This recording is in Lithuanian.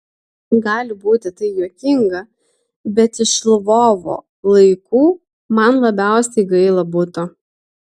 gali būti tai juokinga bet iš lvovo laikų man labiausiai gaila buto